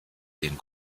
den